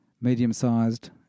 medium-sized